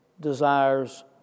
desires